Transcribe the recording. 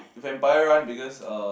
vampire run because uh